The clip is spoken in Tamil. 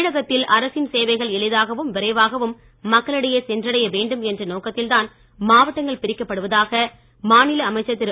தமிழகத்தில் அரசின் சேவைகள் எளிதாகவும் விரைவாகவும் மக்களிடையே சென்னறடைய வேண்டும் என்ற எண்ணத்தில் தான் மாவட்டங்கள் பிரிக்கப்படுவதாக மாநில அமைச்சர் திரு